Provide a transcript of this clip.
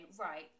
right